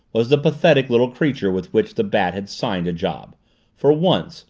was the pathetic little creature with which the bat had signed a job for once,